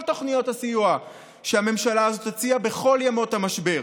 תוכניות הסיוע שהממשלה הזאת הציעה בכל ימות המשבר.